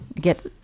get